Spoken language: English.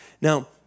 Now